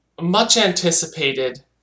much-anticipated